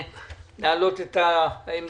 תודה